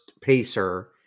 pacer